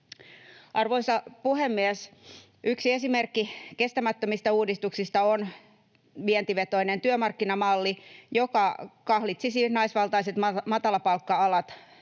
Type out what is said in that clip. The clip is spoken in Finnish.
Arvoisa puhemies! Yksi esimerkki kestämättömistä uudistuksista on vientivetoinen työmarkkinamalli, joka kahlitsisi naisvaltaiset matalapalkka-alat